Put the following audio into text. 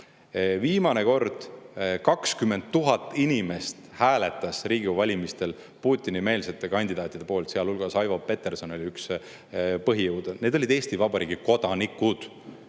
Viimane kord 20 000 inimest hääletas Riigikogu valimistel Putini-meelsete kandidaatide poolt, sealhulgas Aivo Peterson oli üks põhijõude. Need olid Eesti Vabariigi kodanikud.